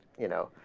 you know